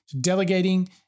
Delegating